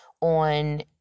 on